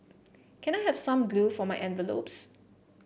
can I have some glue for my envelopes